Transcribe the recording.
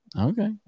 Okay